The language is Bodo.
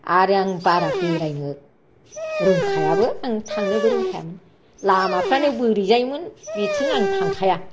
आरो आं बारा बेरायनो रोंखायाबो आं थांनोबो रोखायामोन लामफ्रानो बोरैजायमोन बेखायनो आं थांखाय